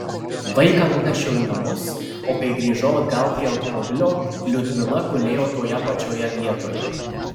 vaiką nunešiau į namus o kai grįžau atgal prie automobilio liudmila gulėjo toje pačioje vietoje